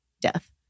death